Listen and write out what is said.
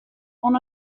oan